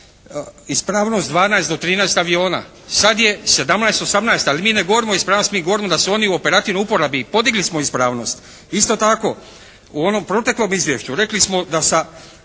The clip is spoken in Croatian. ispravnost 12 do 13 aviona. Sad je 17, 18. Ali mi ne govorimo o ispravnosti. Mi govorimo da su oni u operativnoj uporabi. Podigli smo ispravnost. Isto tako u onom proteklom izvješću rekli smo da sa